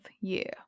year